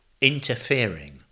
interfering